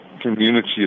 community